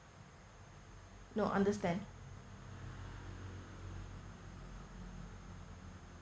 no understand